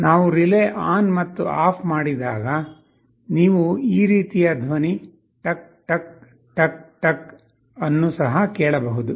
ನಾವು relay on ಮತ್ತು off ಮಾಡಿದಾಗ ನೀವು ಈ ರೀತಿಯ ಧ್ವನಿ ಟಕ್ ಟಕ್ ಟಕ್ ಟಕ್ ಅನ್ನು ಸಹ ಕೇಳಬಹುದು